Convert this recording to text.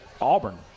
Auburn